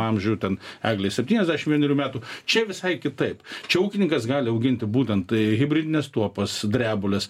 amžių ten eglės septyniasdešimt vienerių metų čia visai kitaip čia ūkininkas gali auginti būtent tai hibridinės tuopas drebules